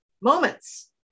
moments